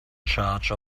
charge